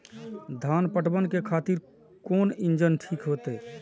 धान पटवन के खातिर कोन इंजन ठीक होते?